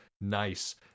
Nice